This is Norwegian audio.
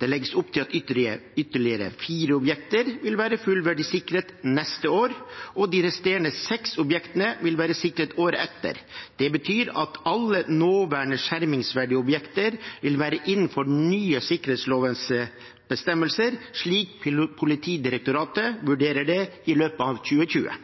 Det legges opp til at ytterligere fire objekter vil være fullverdig sikret neste år, og de resterende seks objektene vil være sikret året etter. Det betyr at alle nåværende skjermingsverdige objekter vil være innenfor den nye sikkerhetslovens bestemmelser, slik Politidirektoratet vurderer det, i løpet av 2020.